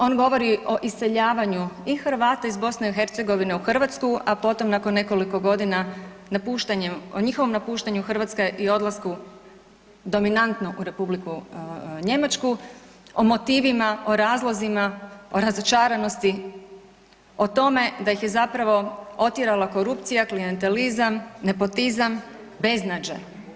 On govori o iseljavanju i Hrvata iz BiH u Hrvatsku, a potom nakon nekoliko godina napuštanjem, njihovom napuštanju Hrvatske i odlasku dominantno u Republiku Njemačku, o motivima, o razlozima, o razočaranosti, o tome da ih je zapravo otjerala korupcija, klijantelizam, nepotizam, beznađe.